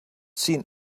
seen